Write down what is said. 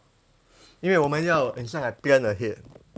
因为我们要很像 like plan ahead